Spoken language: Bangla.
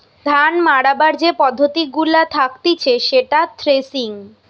ধান মাড়াবার যে পদ্ধতি গুলা থাকতিছে সেটা থ্রেসিং